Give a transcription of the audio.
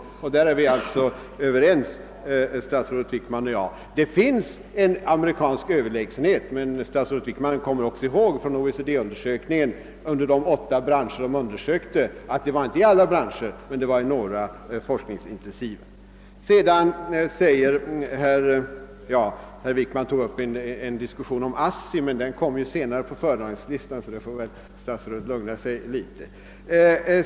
Där är vi alltså överens, statsrådet Wickman och jag. Det finns en amerikansk överlägsenhet, men statsrådet Wickman kommer kanske också ihåg från OECD-undersökningen av de åtta undersökta branscherna, att det inte gällde för samtliga dessa utan för några forskningsintensiva branscher. Statsrådet Wickman tog också upp en diskussion om ASSI, men eftersom denna punkt kommer upp senare på föredragningslistan får väl statsrådet lugna sig litet.